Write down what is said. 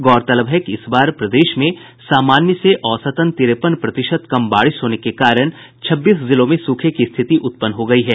गौरतलब है कि इस बार प्रदेश में समान्य से औसतन तिरेपन प्रतिशत कम बारिश होने के कारण छब्बीस जिलों में सूखे की स्थिति उत्पन्न हो गयी है